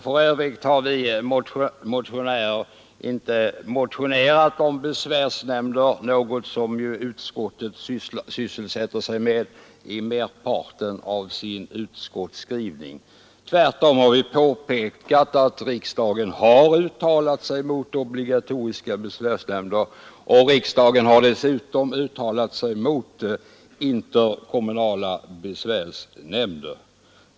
För övrigt har vi inte motionerat om besvärsnämnder — något som ju utskottet sysselsätter sig med i huvuddelen av sin skrivning. Tvärtom har vi påpekat att riksdagen uttalat sig mot obligatoriska besvärsnämnder, och riksdagen har dessutom uttalat sig mot interkommunala besvärsnämnder.